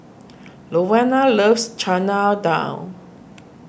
Rowena loves Chana Dal